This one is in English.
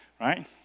right